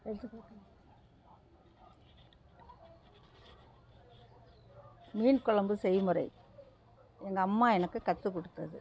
எடுத்து போட்டு மீன்குழம்பு செய்முறை எங்கள் அம்மா எனக்கு கற்றுக் கொடுத்தது